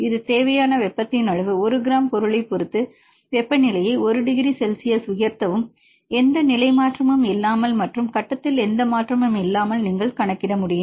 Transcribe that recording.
இது தேவையான வெப்பத்தின் அளவு 1 கிராம் பொருளைப் பொறுத்து வெப்பநிலையை 1 டிகிரி செல்சியஸ் உயர்த்தவும் எந்த நிலை மாற்றமும் இல்லாமல் மற்றும் கட்டத்தில் எந்த மாற்றமும் இல்லாமல் நீங்கள் கணக்கிட முடியும்